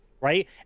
Right